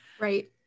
Right